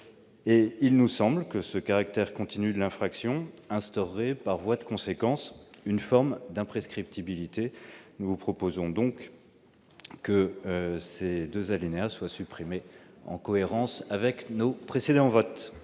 Il nous semble que le caractère continu de l'infraction instaurerait par voie de conséquence une forme d'imprescriptibilité. Nous vous proposons donc de supprimer ces deux alinéas, en cohérence avec nos précédents votes.